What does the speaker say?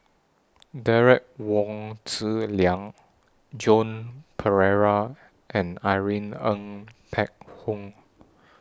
Derek Wong Zi Liang Joan Pereira and Irene Ng Phek Hoong